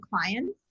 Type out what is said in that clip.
clients